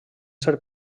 ser